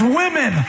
women